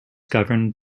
governed